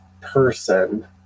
person